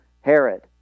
Herod